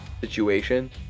situation